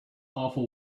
awful